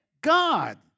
God